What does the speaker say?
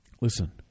Listen